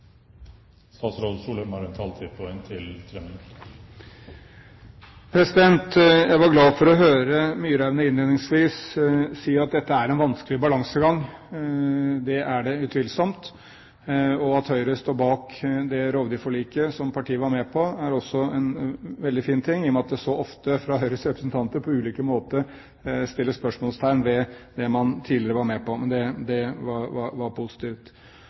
en vanskelig balansegang. Det er det utvilsomt, og at Høyre står bak det rovdyrforliket som partiet var med på, er også en veldig fin ting, i og med at det så ofte fra Høyres representanter på ulike måter settes spørsmålstegn ved hva man tidligere var med på. Men dette var positivt. Så tror jeg vi må erkjenne at det å ha rovdyr i naturen fører til lidelse. Det